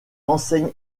enseigne